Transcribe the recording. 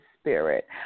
Spirit